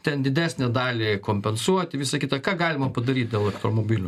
ten didesnę dalį kompensuoti visa kita ką galima padaryt dėl automobilių